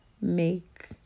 make